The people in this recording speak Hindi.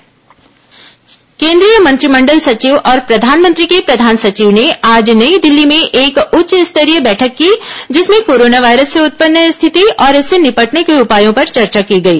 कोरोना फैसला केंद्रीय मंत्रिमंडल सचिव और प्रधानमंत्री के प्रधान सचिव ने आज नई दिल्ली में एक उच्च स्तरीय बैठक की जिसमें कोरोना वायरस से उत्पन्न स्थिति और इससे निपटने के उपायों पर चर्चा की गई